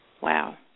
Wow